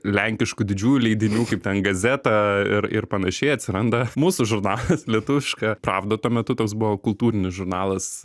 lenkiškų didžiųjų leidinių kaip ten gazeta ir ir panašiai atsiranda mūsų žurnalas lietuviška pravda tuo metu toks buvo kultūrinis žurnalas